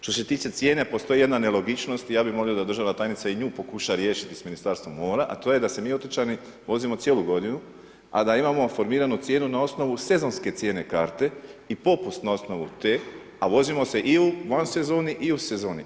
Što se tiče cijene postoji jedna nelogičnost i ja bih volio da državna tajnica i nju pokuša riješiti s Ministarstvom mora, a to je da se mi otočani vozimo cijelu godinu, a da imamo formiranu cijenu na osnovu sezonske cijene karte i popust na osnovu te, a vozimo se i van sezone i u sezoni.